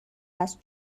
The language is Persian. است